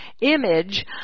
image